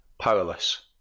Powerless